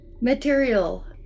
Material